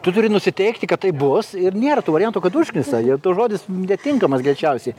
tu turi nusiteikti kad taip bus ir nėra to varianto kad užknisa jie toks žodis netinkamas greičiausiai